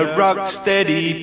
rock-steady